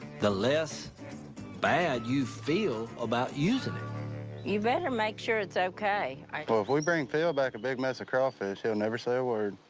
the less bad you feel about using you better make sure it's okay. if we bring phil back a big mess of crawfish, he'll never say a word.